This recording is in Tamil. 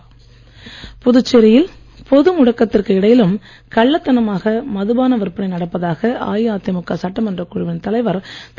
அன்பழகன் புதுச்சேரியில் பொது முடக்கத்திற்கு இடையிலும் கள்ளத்தனமாக மது பான விற்பனை நடப்பதாக அஇஅதிமுக சட்டமன்றக் குழுவின் தலைவர் திரு